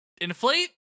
Inflate